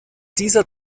dieser